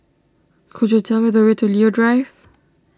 could you tell me the way to Leo Drive